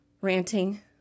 ranting